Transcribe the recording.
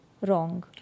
wrong